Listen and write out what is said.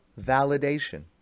validation